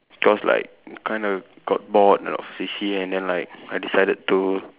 cause like kind of got bored of C_C_A and then like I decided to